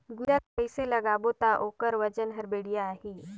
गुनजा ला कइसे लगाबो ता ओकर वजन हर बेडिया आही?